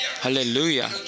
Hallelujah